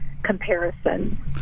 comparison